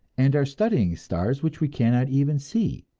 and are studying stars which we cannot even see!